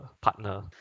partner